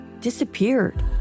disappeared